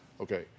Okay